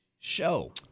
show